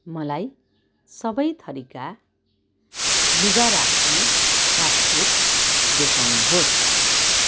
मलाई सबै थरीका लुगा राख्ने बास्केट देखाउनुहोस्